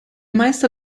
meister